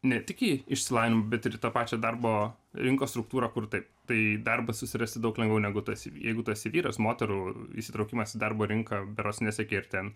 ne tik į išsilavinim bet ir į tą pačią darbo rinkos struktūrą kur taip tai darbą susirasti daug lengviau negu tu esi jeigu tas vyras moterų įsitraukimas į darbo rinką berods nesiekia ir ten